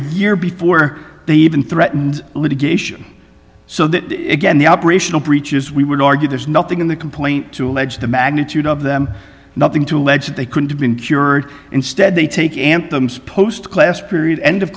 year before they even threatened litigation so that it again the operational breaches we would argue there's nothing in the complaint to allege the magnitude of them nothing to allege that they could have been cured instead they take anthems post class period end